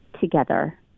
together